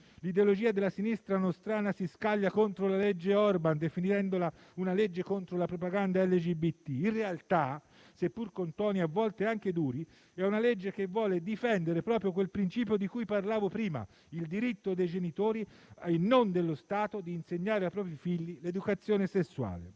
l'ideologia della sinistra nostrana si scaglia contro la legge Orbán, definendola una legge contro la propaganda LGBT. In realtà, seppur con toni a volte anche duri, è una legge che vuole difendere proprio quel principio di cui parlavo prima: il diritto dei genitori - e non dello Stato - di insegnare ai propri figli l'educazione sessuale.